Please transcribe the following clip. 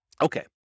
Okay